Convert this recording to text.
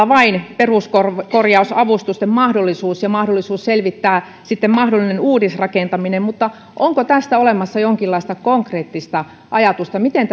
vain mainitaan peruskorjausavustusten mahdollisuus ja mahdollisuus selvittää sitten mahdollista uudisrakentamista mutta onko tästä olemassa jonkinlaista konkreettista ajatusta miten